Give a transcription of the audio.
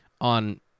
on